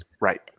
Right